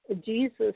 Jesus